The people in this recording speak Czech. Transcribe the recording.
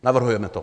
Navrhujeme to.